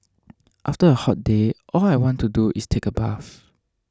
after a hot day all I want to do is take a bath